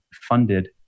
funded